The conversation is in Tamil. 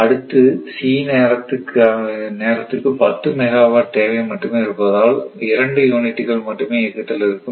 அடுத்து C நேரத்துக்கு 10 மெகாவாட் தேவை மட்டுமே இருப்பதால் 2 யூனிட்டுகள் மட்டுமே இயக்கத்தில் இருக்கும்